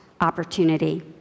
opportunity